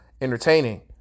entertaining